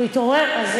הוא התעורר עכשיו.